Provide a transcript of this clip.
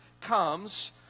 comes